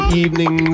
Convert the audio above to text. evening